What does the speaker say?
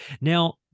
Now